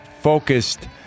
focused